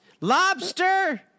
lobster